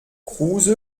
kruse